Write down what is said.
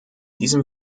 diesem